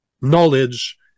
knowledge